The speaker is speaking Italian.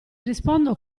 rispondo